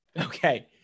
Okay